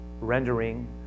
rendering